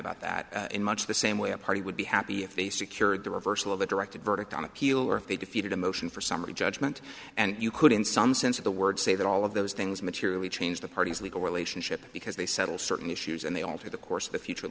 about that in much the same way a party would be happy if they secured the reversal of a directed verdict on appeal or if they defeated a motion for summary judgment and you could in some sense of the word say that all of those things materially change the parties legal relationship because they settle certain issues and they alter the course of the future